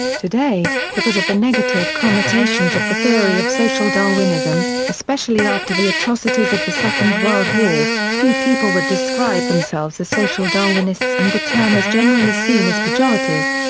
today, because of the negative connotations of the theory of social darwinism, especially after the atrocities of the second world war, few people would describe themselves as social darwinists and the term is generally seen as pejorative.